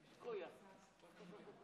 אדוני היושב-ראש,